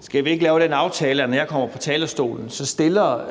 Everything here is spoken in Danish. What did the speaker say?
Skal vi ikke lave den aftale, at når jeg kommer på talerstolen, stiller